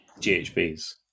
GHBs